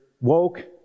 woke